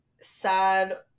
sad